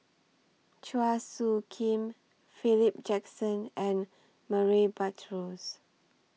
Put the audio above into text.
Chua Soo Khim Philip Jackson and Murray Buttrose